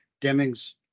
Deming's